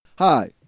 Hi